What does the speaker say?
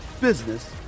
business